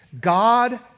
God